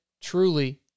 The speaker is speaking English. truly